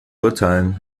urteilen